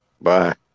Bye